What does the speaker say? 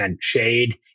shade